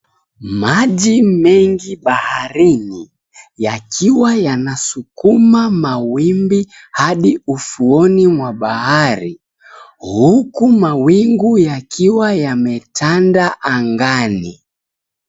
Maji mengi baharini yakiwa yanasukuma mawimbi hadi ufuoni mwa bahari. Huku mawingu yakiwa yametanda angani.